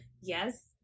yes